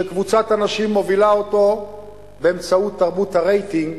שקבוצת אנשים מובילה אותו באמצעות תרבות הרייטינג,